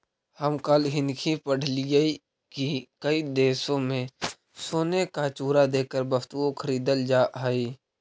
हम कल हिन्कि पढ़लियई की कई देशों में सोने का चूरा देकर वस्तुएं खरीदल जा हई